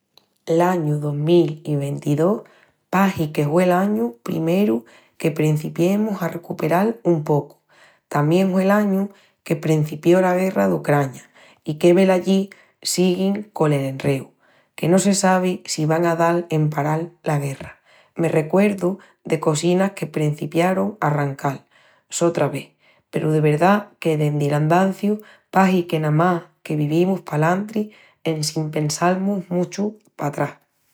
L'añu dos mil i ventidós pahi que hue l'añu primeru que prencipiemus a recuperal un pocu. Tamién hue l'añu qu'emprencipió la guerra d'Ucraña i velallí siguin col enreu, que no se sabi si van a dal en paral la guerra. Me recuerdu de cosinas que prencipiarun a arrancal sotra vés peru de verdá que dendi l'andanciu pahi que namás que vivimus palantri en sin pensal-mus muchu patrás.